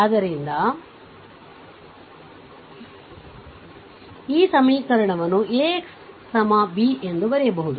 ಆದ್ದರಿಂದ ಈ ಸಮೀಕರಣವನ್ನು AXB ಎಂದು ಬರೆಯಬಹುದು